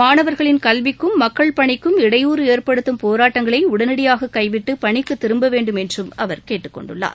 மாணவர்களின் கல்விக்கும் மக்கள் பணிக்கும் இடையூறு ஏற்படுத்தும் போராட்டங்களை உடனடியாக கைவிட்டு பணிக்கு திரும்பவேண்டும் என்றும் அவர் கேட்டுக்கொண்டுள்ளார்